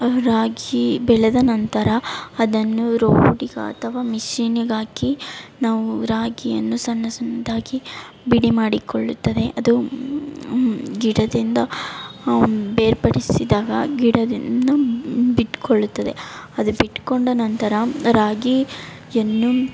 ರಾಗಿ ಬೆಳೆದ ನಂತರ ಅದನ್ನು ರೋಡಿಗೆ ಅಥವಾ ಮಿಷಿನಿಗೆ ಹಾಕಿ ನಾವು ರಾಗಿಯನ್ನು ಸಣ್ಣ ಸಣ್ಣದಾಗಿ ಬಿಡಿ ಮಾಡಿಕೊಳ್ಳುತ್ತದೆ ಅದು ಗಿಡದಿಂದ ಬೇರ್ಪಡಿಸಿದಾಗ ಗಿಡದಿಂದ ಬಿಟ್ಕೊಳ್ಳುತ್ತದೆ ಅದು ಬಿಟ್ಕೊಂಡ ನಂತರ ರಾಗಿಯನ್ನು